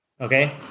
okay